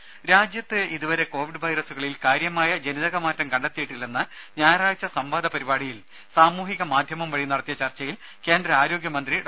രുര രാജ്യത്ത് ഇതുവരെ കോവിഡ് വൈറസുകളിൽ കാര്യമായ ജനിതക മാറ്റം കണ്ടെത്തിയിട്ടില്ലെന്ന് ഞായറാഴ്ച സംവാദ പരിപാടിയിൽ സാമൂഹ്യ മാധ്യമം വഴി നടത്തിയ ചർച്ചയിൽ കേന്ദ്ര ആരോഗ്യ മന്ത്രി ഡോ